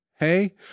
hey